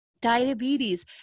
Diabetes